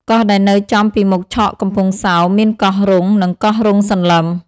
កោះដែលនៅចំពីមុខឆកកំពង់សោម មានកោះរ៉ុង់ និងកោះរ៉ុង់សន្លឹម ។